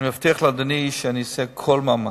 אני מבטיח לאדוני שאעשה כל מאמץ,